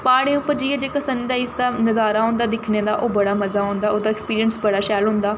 प्हाड़ें पर जाइयै जेह्का सन राइज दा नजारा औंदा दिक्खने दा ओह् बड़ा मजा औंदा ओह्दा अक्सपिंरिंस बड़ा शैल होंदा